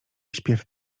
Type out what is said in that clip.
śpiew